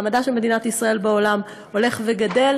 מעמדה של מדינת ישראל בעולם הולך ומתחזק,